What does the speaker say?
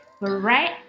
right